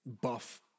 buff